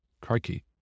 crikey